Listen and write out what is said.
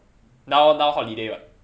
now now holiday [what]